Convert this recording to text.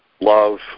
love